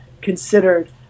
considered